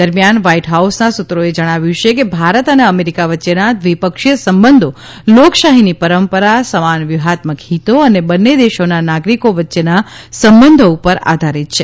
દરમિયાન વ્હાઇટ હાઉસના સૂત્રોએ જણાવ્યું છે કે ભારત અને અમેરિકા વચ્ચેના દ્વિપક્ષીય સંબંધો લોકશાહીની પરંપરા સમાન વ્યૂહાત્મક હિતો અને બંને દેશોના નાગરિકો વચ્ચેના સંબંધો ઉપર આધારીત છે